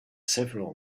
several